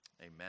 amen